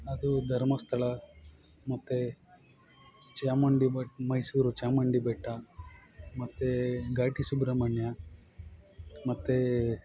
ಅದು ಧರ್ಮಸ್ಥಳ ಮತ್ತು ಚಾಮುಂಡಿ ಬೆ ಮೈಸೂರು ಚಾಮುಂಡಿಬೆಟ್ಟ ಮತ್ತು ಘಾಟಿ ಸುಬ್ರಮಣ್ಯ ಮತ್ತೆ